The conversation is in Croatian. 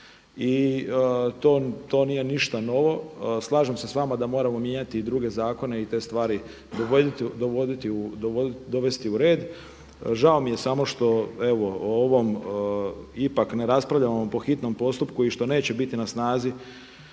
I to nije ništa novo. Slažem se sa vama da moramo mijenjati i druge zakone i te stvari dovesti u red. Žao mi je samo što evo o ovom ipak ne raspravljamo po hitnom postupku i što neće biti na snazi